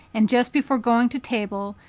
and just before going to table,